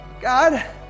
God